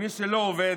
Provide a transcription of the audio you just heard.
ומי שלא עובד,